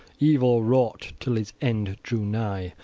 evil wrought, till his end drew nigh,